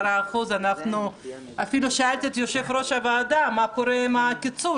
10%. אפילו שאלתי את יושב-ראש הוועדה מה קורה עם הקיצור,